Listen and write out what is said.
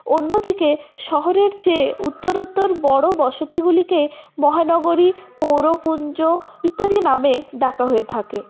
অন্যদিকে শহরের চেয়ে উত্তরোত্তর বড়ো বসতিগুলিকে মহানগরী পৌরপুঞ্জ ইত্যাদি নামে ডাকা হয়ে থাকে